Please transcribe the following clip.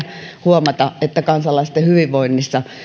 huomata että kansalaisten hyvinvoinnissa